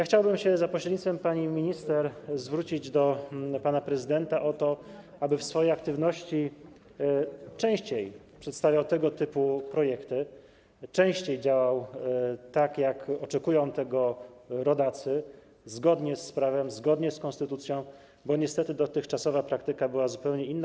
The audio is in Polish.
Chciałbym za pośrednictwem pani minister zwrócić się do pana prezydenta o to, aby w swojej aktywności częściej przedstawiał tego typu projekty, częściej działał, tak jak oczekują tego rodacy, zgodnie z prawem, zgodnie z konstytucją, bo niestety dotychczasowa praktyka była zupełnie inna.